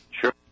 Sure